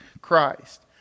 Christ